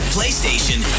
PlayStation